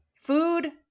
food